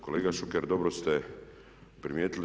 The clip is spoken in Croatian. Kolega Šuker, dobro ste primijetili.